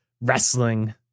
wrestling